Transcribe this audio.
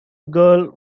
girl